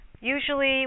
Usually